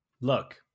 look